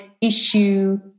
issue